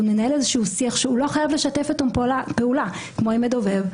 מנהל איזשהו שיח שהוא לא חייב לשתף איתו פעולה כמו עם מדובב,